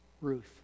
Ruth